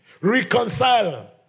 reconcile